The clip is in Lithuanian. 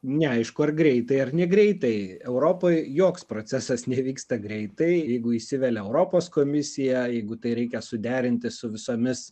neaišku ar greitai ar negreitai europoj joks procesas nevyksta greitai jeigu įsivelia europos komisija jeigu tai reikia suderinti su visomis